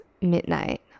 midnight